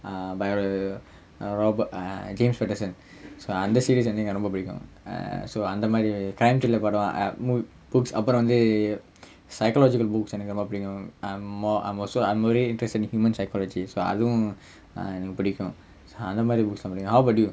uh robert uh james pattison so அந்த:antha series வந்து எனக்கு ரொம்ப புடிக்கும்:vanthu enakku romba pudikkum err so அந்த மாறி:antha maari crime thrillers படம்:padam err movie books அப்புறம் வந்து:appuram vanthu psychological books எனக்கு ரொம்ப புடிக்கும்:enakku romba pudikkum I'm also interested in human psychology so அதுவும் எனக்கு புடிக்கும் அந்த மாறி:athuvum enakku pudikkum antha maari books lah புடிக்கும்:pudikkum how about you